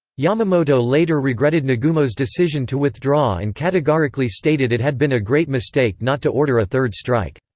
yamamoto later regretted nagumo's decision to withdraw and categorically stated it had been a great mistake not to order a third strike.